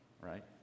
right